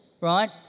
right